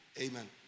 Amen